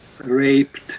raped